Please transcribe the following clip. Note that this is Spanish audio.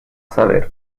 saber